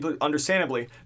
Understandably